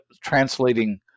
translating